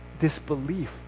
disbelief